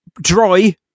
Dry